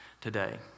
today